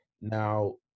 Now